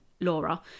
Laura